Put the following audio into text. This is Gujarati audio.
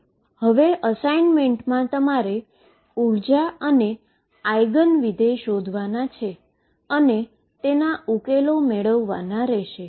હવે આ હું એસાઈન્મેંટમા તમારે આ સમસ્યામા એનર્જી અને આઈગન ફંક્શન શોધી અને ઉકેલ મેળવવાનો રહેશે